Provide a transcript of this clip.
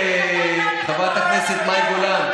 חברת הכנסת מאי גולן.